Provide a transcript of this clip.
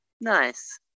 Nice